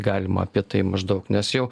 galima apie tai maždaug nes jau